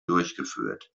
durchgeführt